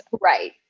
right